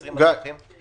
ב-2020 אתם תומכים?